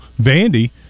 Vandy